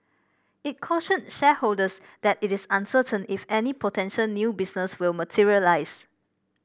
it cautioned shareholders that it is uncertain if any potential new business will materialise